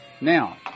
Now